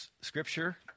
scripture